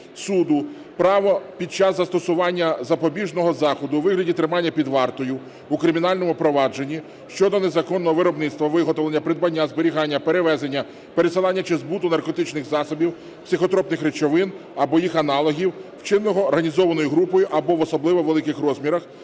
право під час застосування запобіжного заходу у вигляді тримання під вартою у кримінальному провадженні щодо незаконного виробництва, виготовлення, придбання, зберігання, перевезення, пересилання чи збуту наркотичних засобів, психотропних речовин або їх аналогів, вчиненого організованою групою або в особливо великих розмірах,